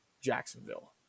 Jacksonville